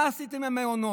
מה עשיתם עם המעונות?